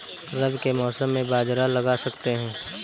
रवि के मौसम में बाजरा लगा सकते हैं?